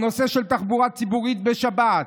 הנושא של תחבורה ציבורית בשבת,